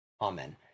Amen